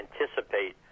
anticipate